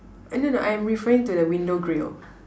uh no no I'm referring to the window grill